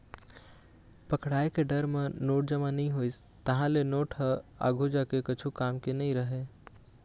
पकड़ाय के डर म नोट जमा नइ होइस, तहाँ ले नोट ह आघु जाके कछु काम के नइ रहय